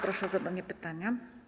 Proszę o zadanie pytania.